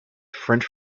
french